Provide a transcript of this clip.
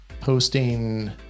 posting